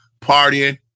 partying